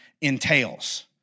entails